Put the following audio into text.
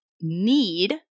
need